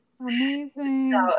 Amazing